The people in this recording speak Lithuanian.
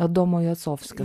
adomo jacovskio